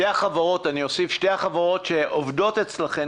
אני אוסיף: שתי החברות שעובדות אצלכם,